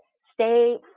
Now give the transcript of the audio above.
stay